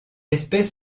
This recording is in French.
espèce